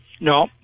No